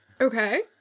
Okay